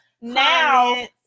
now